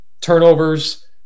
turnovers